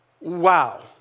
Wow